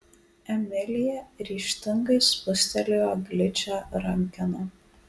emilija ryžtingai spustelėjo gličią rankeną